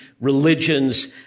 religions